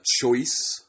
choice